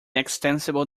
extensible